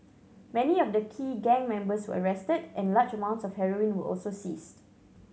many of the key gang members were arrested and large amounts of heroin were also seized